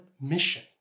mission